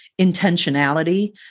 intentionality